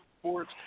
sports